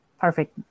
Perfect